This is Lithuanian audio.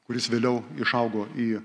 kuris vėliau išaugo į